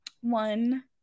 one